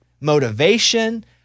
motivation